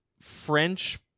French